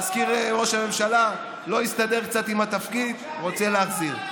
מזכיר ראש הממשלה לא הסתדר קצת עם התפקיד רוצה להחזיר.